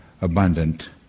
abundant